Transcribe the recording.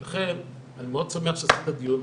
ולכן אני מאוד שמח שעשית את הדיון,